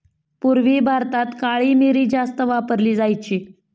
पूर्वी भारतात काळी मिरी जास्त वापरली जायची